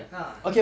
ah